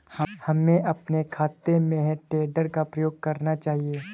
हमें अपने खेतों में हे टेडर का प्रयोग करना चाहिए